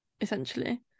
essentially